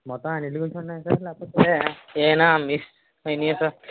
మొత్తం అన్నిటి బుక్స్ ఉన్నాయా సార్ లేకపోతే ఏమైనా మిస్ అయినాయా సార్